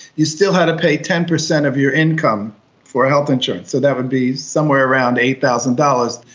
you still had to pay ten percent of your income for health insurance, so that would be somewhere around eight thousand dollars,